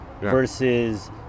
Versus